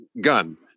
gun